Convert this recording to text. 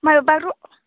माइबाथ'